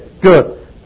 good